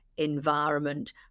environment